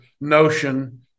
notion